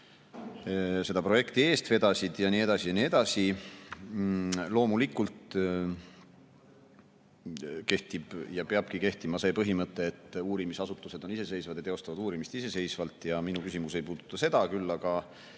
seda projekti eest vedasid, ja nii edasi ja nii edasi. Loomulikult kehtib – ja peabki kehtima – see põhimõte, et uurimisasutused on iseseisvad ja teostavad uurimist iseseisvalt. Minu küsimus ei puuduta küll seda, aga